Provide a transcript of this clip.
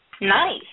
Nice